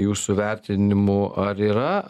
jūsų vertinimu ar yra